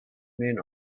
men